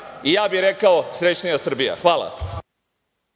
i ja bih rekao srećnija Srbija. Hvala.